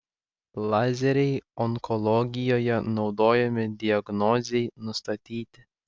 lazeriai onkologijoje naudojami diagnozei nustatyti